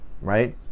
right